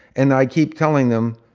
and i keep telling them,